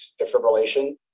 defibrillation